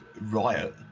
riot